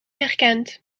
herkent